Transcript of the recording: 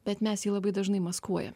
bet mes jį labai dažnai maskuojame